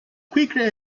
quickly